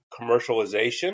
commercialization